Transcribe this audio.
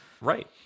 right